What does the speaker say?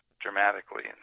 dramatically